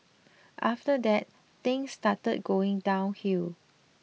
after that things started going downhill